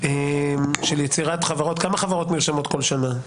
של יצירת חברות כמה חברות נרשמות כל שנה?